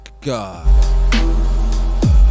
God